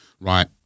right